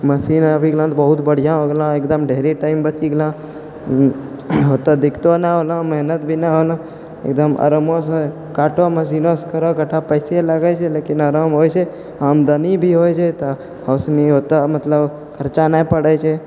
machine आबि गेलौ ने तऽ बहुत बढ़ियो हो गेलौ एकदम ढ़ेरी टाइम बचि गेलौ ओतऽ दिक्कतो नहि होलौ मेहनत भी नहि होलो एकदम आरामोसँ काटो मशीनेसँ करो इकट्टा पैसे लगै लेकिन आराम होइ छै आमदनी भी होइ छै तऽ ओइसनि ओतऽ मतलब खर्चा नहि पड़ै छै